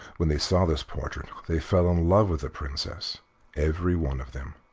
when they saw this portrait they fell in love with the princess every one of them,